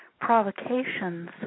provocations